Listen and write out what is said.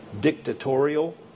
dictatorial